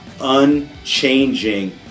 unchanging